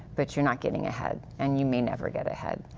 but you're not getting ahead and you may never get ahead.